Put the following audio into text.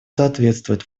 соответствует